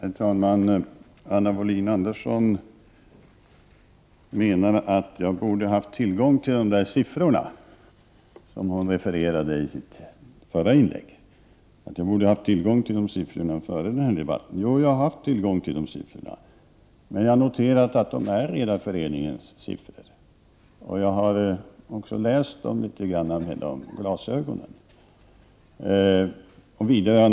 Herr talman! Anna Wohlin-Andersson menar att jag före debatten borde ha haft tillgång till de siffror som hon refererade i sitt förra inlägg. Jag har haft tillgång till de siffrorna, men jag kan notera att det är Redarföreningens siffror. Jag har också läst dem med glasögonen på.